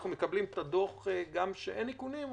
אנחנו מקבלים את הדוח גם כשאין איכונים?